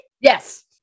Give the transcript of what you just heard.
Yes